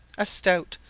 a stout,